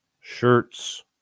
shirts